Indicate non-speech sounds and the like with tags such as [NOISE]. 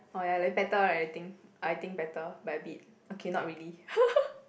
oh ya like that better right I think I think better by a bit okay not really [LAUGHS]